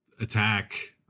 attack